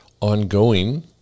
ongoing